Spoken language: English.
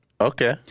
Okay